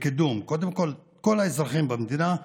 לקידום כל האזרחים במדינה,